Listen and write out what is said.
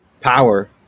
power